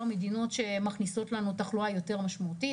מדינות שמכניסות לנו תחלואה יותר משמעותית.